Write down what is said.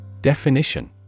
Definition